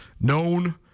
known